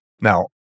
Now